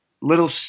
little